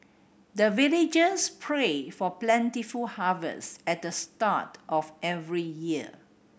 the villagers pray for plentiful harvest at the start of every year